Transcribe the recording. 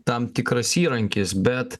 tam tikras įrankis bet